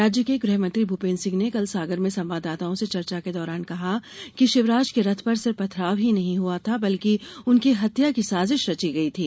राज्य के गृहमंत्री भूपेन्द्र सिंह ने कल सागर में संवादाताओं से चर्चा के दौरान कहा कि शिवराज के रथ पर सिर्फ पथराव ही नहीं हुआ था बल्कि उनकी हत्या की साजिश रची गयी थी